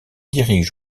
dirige